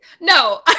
no